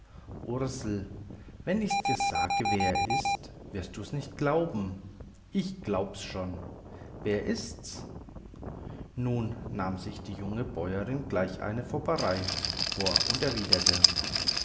ursel wenn ich's dir sage wer er ist wirst du's nicht glauben ich glaub's schon wer ist's nun nahm sich die junge bäuerin gleich eine fopperei vor und erwiderte